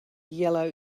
yellow